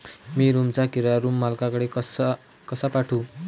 मी रूमचा किराया रूम मालकाले ऑनलाईन कसा पाठवू?